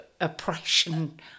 oppression